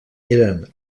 eren